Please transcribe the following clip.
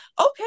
Okay